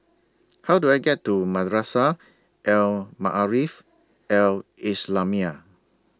How Do I get to Madrasah Al Maarif Al Islamiah